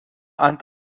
ant